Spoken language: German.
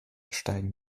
steigen